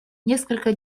несколько